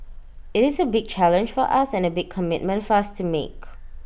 IT is A big challenge for us and A big commitment for us to make